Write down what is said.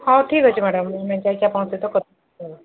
ହଉ ଠିକ୍ ଅଛି ମ୍ୟାଡମ୍ ମୁଁ ଯାଇକି ପହଞ୍ଚି